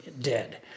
dead